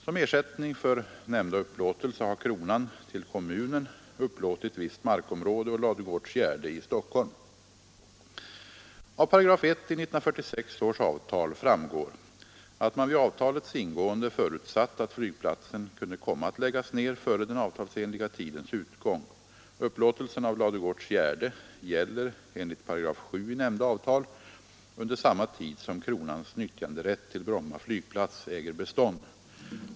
Som ersättning för nämnda upplåtelse har kronan till kommunen upplåtit visst markområde å Ladugårdsgärde i Stockholm. Av 18 i 1946 års avtal framgår att man vid avtalets ingående förutsatt att flygplatsen kunde komma att läggas ned före den avtalsenliga tidens utgång. Upplåtelsen av Ladugårdsgärde gäller enligt 7 § i nämnda avtal under samma tid som kronans nyttjanderätt till Bromma flygplats äger bestånd.